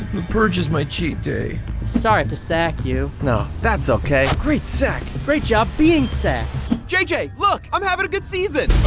the purge is my cheat day sorry i have to sack you no, that's ok! great sack! great job being sacked! jj, look i'm having a good season!